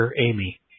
Amy